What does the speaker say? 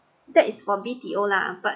that is for B_T_O lah but